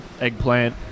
eggplant